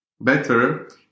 better